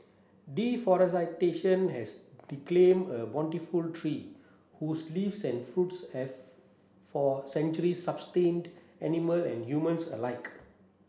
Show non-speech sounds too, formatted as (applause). (unintelligible) has (unintelligible) a bountiful tree whose leaves and fruit have for centuries sustained animal and humans alike